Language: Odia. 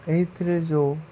ଏଇଥିରେ ଯେଉଁ